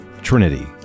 Trinity